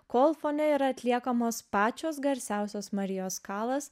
kol fone yra atliekamos pačios garsiausios marijos kalas